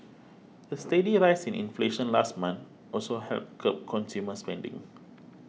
the steady rise inflation last month also helped curb consumer spending